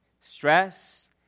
stress